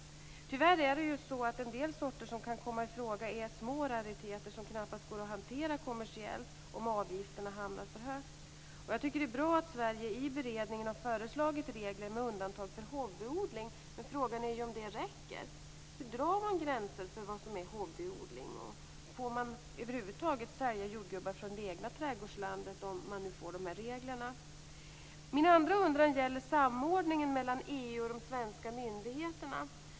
Tyvärr är en del sorter som kan komma i fråga små rariteter, som knappast går att hantera kommersiellt, om avgifterna hamnar för högt. Jag tycker att det är bra att Sverige i beredningen har föreslagit regler med undantag för hobbyodling, men frågan är om det räcker. Hur drar man gränsen för vad som är hobbyodling, och får man över huvud taget sälja jordgubbar från det egna trädgårdslandet, om vi får de här reglerna? Min andra undran gäller samordningen mellan EU och de svenska myndigheterna.